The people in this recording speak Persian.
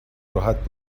راحت